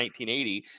1980